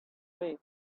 way